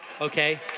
okay